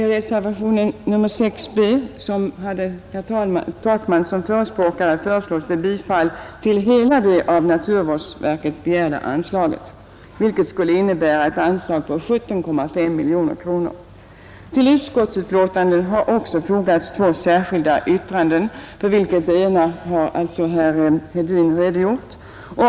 I reservation 6 b, som hade herr Takman som förespråkare, föreslås bifall till hela det av naturvårdsverket begärda anslaget, vilket skulle innebära ett anslag på 17,5 miljoner kronor. Till utskottsbetänkandet har också fogats två särskilda yttranden. För det ena har herr Hedin redogjort.